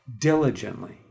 diligently